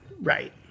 Right